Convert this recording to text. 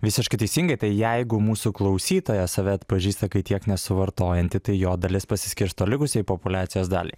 visiškai teisingai tai jeigu mūsų klausytojas save atpažįsta kai tiek nesuvartojantį tai jo dalis pasiskirsto likusiai populiacijos daliai